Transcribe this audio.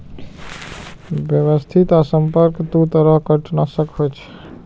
व्यवस्थित आ संपर्क दू तरह कीटनाशक होइ छै